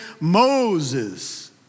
Moses